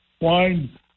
wine